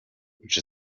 which